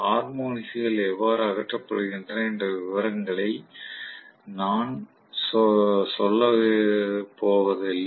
harmonics கள் எவ்வாறு அகற்றப்படுகின்றன என்ற விவரங்களை நான் சொல்ல போவதில்லை